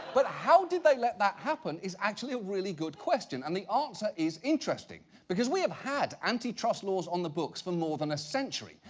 but how did they let that happen? is actually a really good question. and the answer is interesting, because we've had anti-trust laws on the books for more than a century.